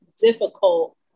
difficult